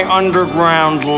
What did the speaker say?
underground